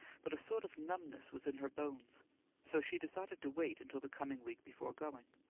but a sort of numbness was in her bones so she decided to wait until the coming week before going.